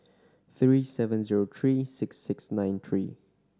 three seven zero three six six nine three